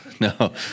no